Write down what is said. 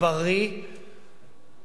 בריא,